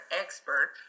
expert